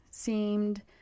seemed